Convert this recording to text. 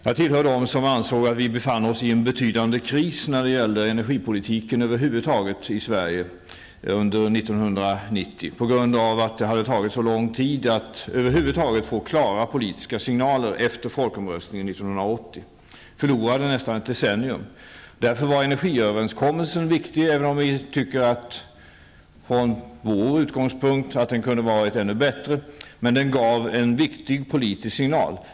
Jag tillhör dem som ansåg att vi i Sverige befann oss i en betydande kris när det gäller energipolitiken över huvud taget under 1990 på grund av att det hade tagit så lång tid att få klara politiska signaler efter folkomröstningen 1980. Vi förlorade nästan ett helt decennium. Därför var energiöverenskommelsen viktig, även om vi, från vår utgångspunkt, tycker att den kunde varit ännu bättre, men den gav en viktig politisk signal.